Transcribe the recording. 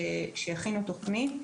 שיכינו תכנית,